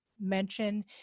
mention